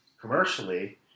Commercially